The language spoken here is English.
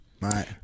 Right